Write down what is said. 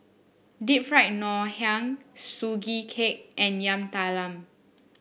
Deep Fried Ngoh Hiang Sugee Cake and Yam Talam